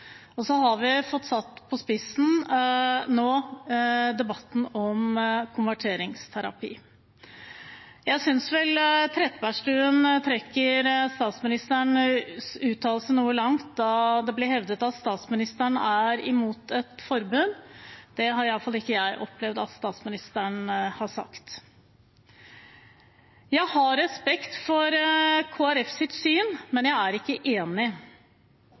samfunnet. Så har vi fått satt på spissen debatten om konverteringsterapi. Jeg synes vel Trettebergstuen trekker statsministerens uttalelser noe langt, da det ble hevdet at statsministeren er imot et forbud. Det har iallfall ikke jeg opplevd at statsministeren har sagt. Jeg har respekt for Kristelig Folkepartis syn, men jeg er ikke enig.